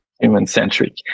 human-centric